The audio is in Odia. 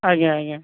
ଆଜ୍ଞା ଆଜ୍ଞା